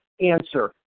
Answer